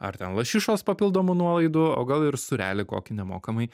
ar ten lašišos papildomų nuolaidų o gal ir sūrelį kokį nemokamai